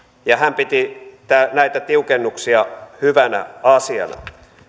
ja hän piti näitä tiukennuksia hyvänä asiana